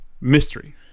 Mystery